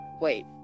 Wait